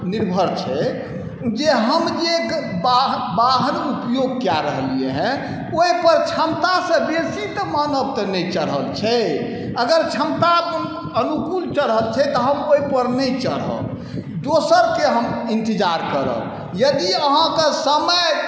निर्भर छै जे हम जे वाह वाहन उपयोग कऽ रहलिए हँ ओहिपर क्षमतासँ बेसी तऽ मानव तऽ नहि चढ़ल छै अगर क्षमता अनुकूल चढ़ल छै तऽ हम ओहिपर नहि चढ़ब दोसरके हम इन्तजार करब यदि अहाँके समय